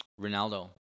Ronaldo